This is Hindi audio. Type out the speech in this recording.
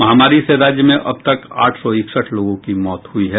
महामारी से राज्य में अब तक आठ सौ इकसठ लोगों की मौत हुई हैं